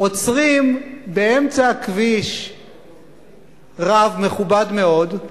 עוצרים באמצע הכביש רב מכובד מאוד,